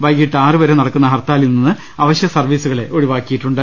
വൈകീട്ട് ആറ് വരെ നടക്കുന്ന ഹർത്താലിൽ നിന്ന് അവ ശ്യസർവീസുകളെ ഒഴിവാക്കിയിട്ടുണ്ട്